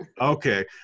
Okay